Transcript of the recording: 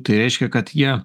tai reiškia kad jie